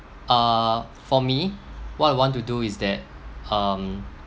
uh for me what I want to do is that um